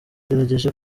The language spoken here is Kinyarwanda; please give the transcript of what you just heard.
abagerageje